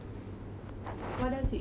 what else you eat over there